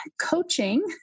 coaching